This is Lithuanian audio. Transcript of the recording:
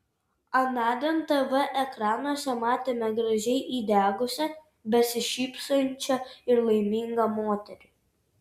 anądien tv ekranuose matėme gražiai įdegusią besišypsančią ir laimingą moterį